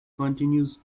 continues